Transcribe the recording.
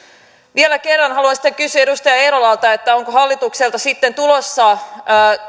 vielä kerran haluan sitten kysyä edustaja eerolalta onko hallitukselta sitten tulossa